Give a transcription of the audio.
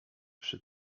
przy